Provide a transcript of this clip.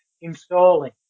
installing